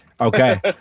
Okay